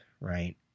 right